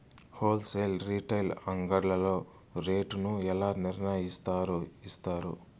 Whole sale retail అంగడ్లలో rate ను ఎలా నిర్ణయిస్తారు యిస్తారు?